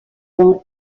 dans